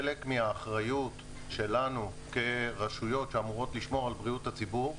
חלק מהאחריות שלנו כרשויות שאמורות לשמור על בריאות הציבור,